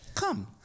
Come